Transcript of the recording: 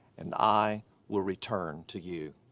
and i will return to you.